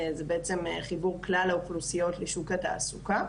בעצם חיבור כלל האוכלוסיות לשוק התעסוקה.